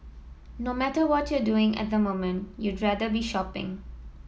no matter what you're doing at the moment you'd rather be shopping